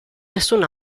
nessun